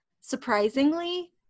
surprisingly